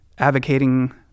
advocating